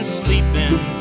sleeping